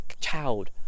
child